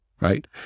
right